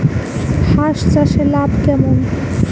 হাঁস চাষে লাভ কেমন?